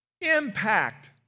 impact